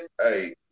Hey